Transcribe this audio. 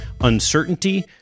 uncertainty